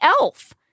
elf